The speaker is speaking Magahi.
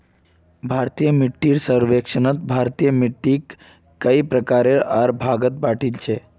भारतीय मिट्टीक सर्वेक्षणत भारतेर मिट्टिक कई प्रकार आर भागत बांटील छे